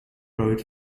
road